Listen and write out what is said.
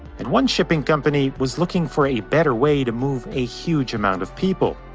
and one shipping company was looking for a better way to move a huge amount of people.